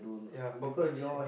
ya focus in